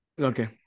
Okay